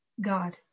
God